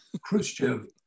Khrushchev